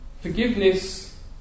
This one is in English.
Forgiveness